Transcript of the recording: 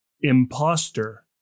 imposter